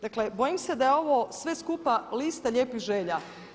Dakle bojim se da je ovo sve skupa lista lijepih želja.